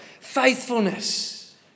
faithfulness